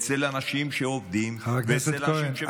אצל אנשים שעובדים ואצל אנשים שמפרנסים,